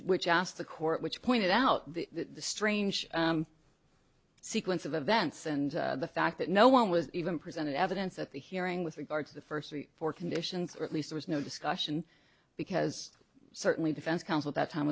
which asked the court which pointed out the strange sequence of events and the fact that no one was even presented evidence at the hearing with regard to the first four conditions or at least there was no discussion because certainly defense counsel that time